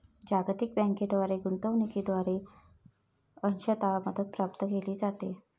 जागतिक बँकेद्वारे गुंतवणूकीद्वारे अंशतः मदत प्राप्त केली जाते